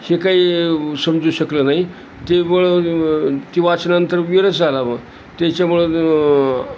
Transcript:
हे काही समजू शकलं नाही तेवळ ते वाचनानंतर विरस आला बुवा त्याच्यामुळं